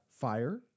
fire